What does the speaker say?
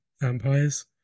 vampires